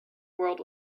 world